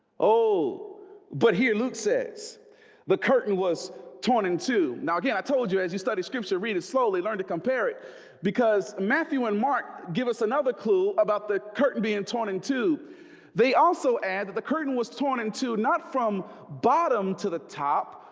oh but here luke says the curtain was torn in two now again i told you as you study scripture read it slowly learn to compare it because matthew and mark give us another clue about the curtain being torn in two they also add that the curtain was torn in two not from bottom to the top,